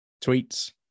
tweets